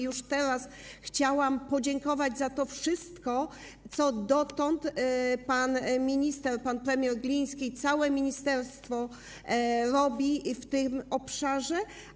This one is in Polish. Już teraz chciałabym podziękować za to wszystko, co dotąd pan minister, pan premier Gliński i całe ministerstwo zrobili w tym obszarze.